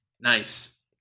Nice